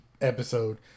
episode